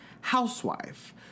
housewife